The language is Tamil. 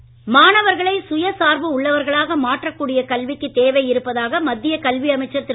பொக்ரியால் மாணவர்களை சுய சார்பு உள்ளவர்களாக மாற்றக் கூடிய கல்விக்கு தேவை இருப்பதாக மத்திய கல்வி அமைச்சர் திரு